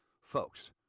folks